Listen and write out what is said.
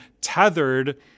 tethered